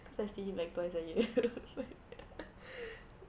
cause I see him like twice a year like